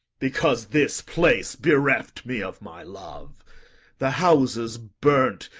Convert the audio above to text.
because this place bereft me of my love the houses, burnt,